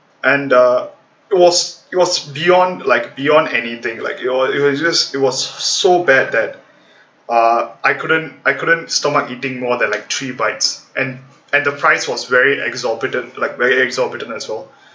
and uh it was it was beyond like beyond anything like it was just it was so bad that uh I couldn't I couldn't stomach eating more than like three bites and and the price was very exorbitant like very exorbitant as well